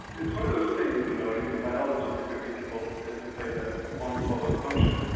it's one of those things you know, and in biology typically, people tend to say that form follows function,